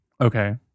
Okay